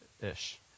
Ish